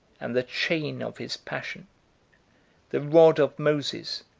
and the chain, of his passion the rod of moses,